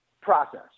process